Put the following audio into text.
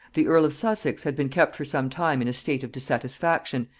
the earl of sussex had been kept for some time in a state of dissatisfaction,